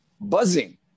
buzzing